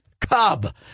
cub